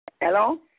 Hello